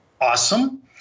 Awesome